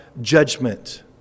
judgment